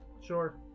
sure